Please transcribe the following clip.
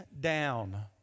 down